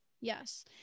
Yes